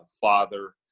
father